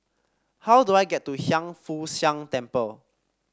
how do I get to Hiang Foo Siang Temple